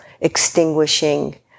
extinguishing